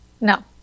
No